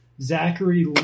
Zachary